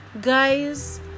Guys